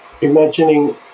imagining